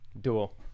dual